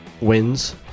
wins